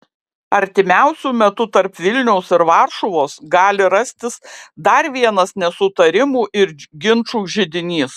artimiausiu metu tarp vilniaus ir varšuvos gali rastis dar vienas nesutarimų ir ginčų židinys